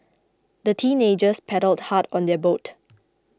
the teenagers paddled hard on their boat